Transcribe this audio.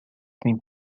been